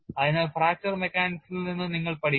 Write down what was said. അതിനാൽ ഫ്രാക്ചർ മെക്കാനിക്സിൽ നിന്ന് നിങ്ങൾ പഠിക്കുന്നു